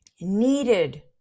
needed